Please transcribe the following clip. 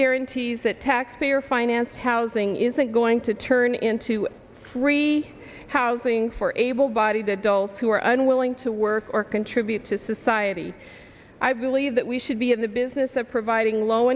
guarantees that taxpayer financed housing isn't going to turn into free housing for able bodied adults who are unwilling to work or contribute to society i believe that we should be in the business of providing low